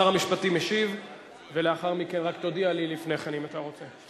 שר המשפטים משיב ולאחר מכן רק תודיע לי לפני כן אם אתה רוצה.